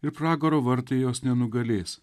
ir pragaro vartai jos nenugalės